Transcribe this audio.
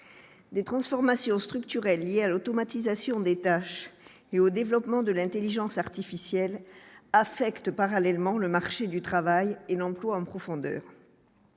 des transformations structurelles liées à l'automatisation des tâches et au développement de l'Intelligence artificielle affecte parallèlement le marché du travail et l'emploi en profondeur,